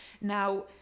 Now